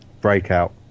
Breakout